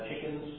chickens